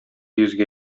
йөзгә